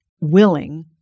willing